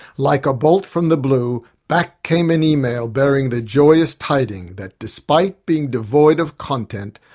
like a bolt from the blue, back came an email bearing the joyous tiding that, despite being devoid of content,